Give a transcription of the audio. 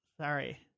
Sorry